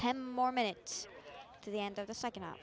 ten more minutes to the end of the second